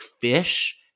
fish